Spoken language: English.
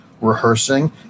rehearsing